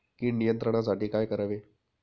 कीड नियंत्रणासाठी काय करावे?